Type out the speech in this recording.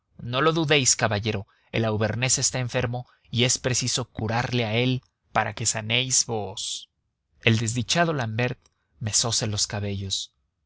no lo dudéis caballero el auvernés está enfermo y es preciso curarle a él para que sanéis vos el desdichado l'ambert mesose los cabellos